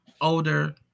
older